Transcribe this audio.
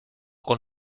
con